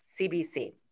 CBC